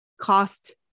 cost